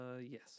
Yes